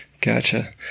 Gotcha